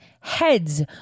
heads